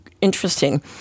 interesting